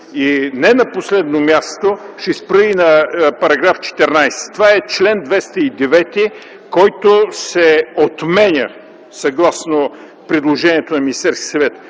Не на последно място ще се спра и на § 14. Това е чл. 209, който се отменя, съгласно предложението на Министерски съвет.